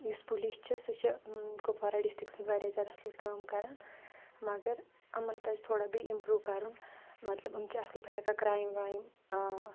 یُس پُلیٖس چھِ سۄ چھ کُپوارہ ڈِسٹرک منٛز واریاہ زِیادٕ اصِل کٲم کران مگر یِمن پزٕ تھوڑا بیٚیہِ اِمپروٗ کرُن مطلب یِم چھِ اصل پٲٹھۍ ہیٚکان کرٛیم ورٛایِم